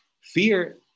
fear